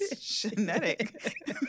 Genetic